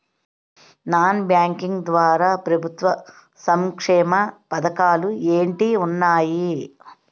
Non banking ద్వారా ప్రభుత్వ సంక్షేమ పథకాలు ఏంటి ఉన్నాయి?